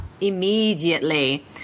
immediately